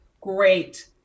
great